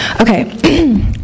Okay